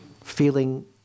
Feeling